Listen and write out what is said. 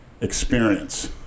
experience